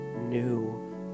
new